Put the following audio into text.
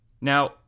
Now